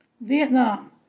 Vietnam